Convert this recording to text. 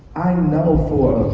i know for